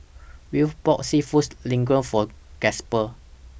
Wylie bought Seafood Linguine For Gasper